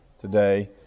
today